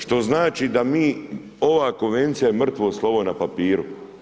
Što znači da mi, ova konvencija je mrtvo slovo na papiru.